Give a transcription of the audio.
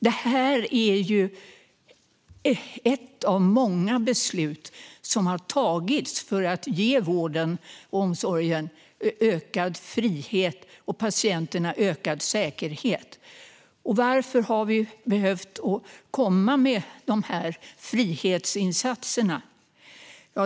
Det här är ett av många beslut som har tagits för att ge vården och omsorgen ökad frihet och patienterna ökad säkerhet. Varför har vi behövt komma med de här frihetsinsatserna?